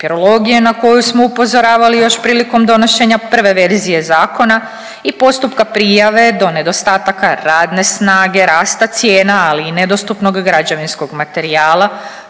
na koju smo upozoravali još prilikom donošenja prve verzije zakona i postupka prijave do nedostataka radne snage, rasta cijena, ali i nedostupnog građevinskog materijala,